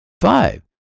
Five